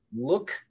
look